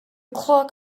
clock